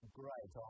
great